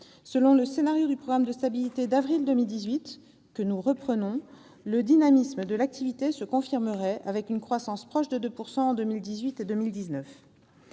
Selon le scénario du programme de stabilité d'avril 2018, que nous reprenons, le dynamisme de l'activité se confirmerait, avec une croissance proche de 2 % en 2018 et en 2019.